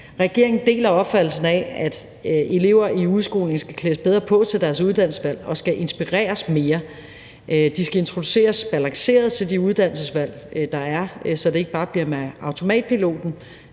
Regeringen deler opfattelsen af, at elever i udskolingen skal klædes bedre på til deres uddannelsesvalg og skal inspireres mere. De skal introduceres balanceret til de uddannelsesvalg, der er, så de ikke bare bliver med automatpiloten